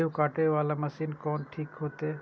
गेहूं कटे वाला मशीन कोन ठीक होते?